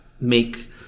make